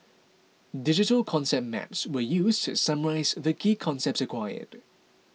digital concept maps were used to summarise the key concepts acquired